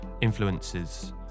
influences